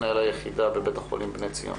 מנהל היחידה בבית-החולים בני ציון.